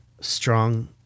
strong